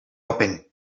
open